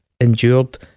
endured